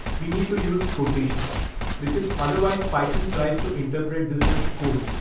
we need to use quotations because otherwise python tries to interpret this as code,